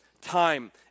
time